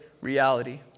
reality